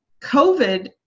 COVID